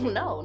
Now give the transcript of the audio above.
no